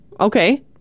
Okay